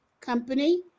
company